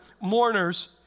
mourners